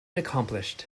accomplished